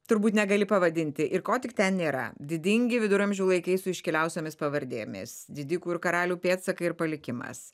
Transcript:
turbūt negali pavadinti ir ko tik ten nėra didingi viduramžių laikais su iškiliausiomis pavardėmis didikų ir karalių pėdsakai ir palikimas